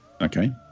Okay